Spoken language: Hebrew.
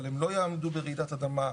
אבל הם לא יעמדו ברעידת אדמה,